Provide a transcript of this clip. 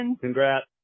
Congrats